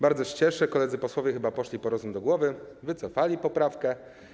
Bardzo się cieszę, koledzy posłowie chyba poszli po rozum do głowy, wycofali poprawkę.